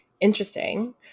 interesting